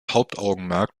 hauptaugenmerk